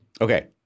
Okay